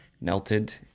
Melted